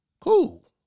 cool